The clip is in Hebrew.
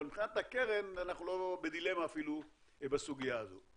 אבל מבחינת הקרן אנחנו לא בדילמה בסוגיה הזו.